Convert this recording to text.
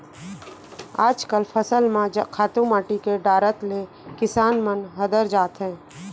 आजकल फसल म खातू माटी के डारत ले किसान मन हदर जाथें